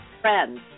friends